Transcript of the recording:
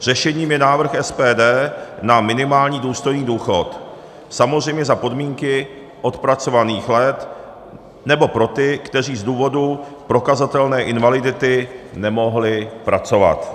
Řešením je návrh SPD na minimální důstojný důchod, samozřejmě za podmínky odpracovaných let nebo pro ty, kteří z důvodu prokazatelné invalidity nemohli pracovat.